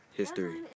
history